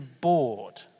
bored